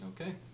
Okay